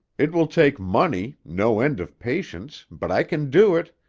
it will take money, no end of patience, but i can do it.